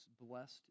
blessed